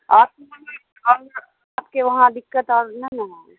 آپ آپ کے وہاں دقت آؤ نہیں نہ ہے